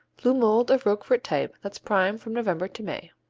blue mold of roquefort type that's prime from november to may.